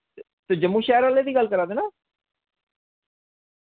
ते जम्मू शैह्र आह्ले दी गल्ल करा दे ना